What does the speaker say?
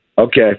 Okay